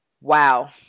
Wow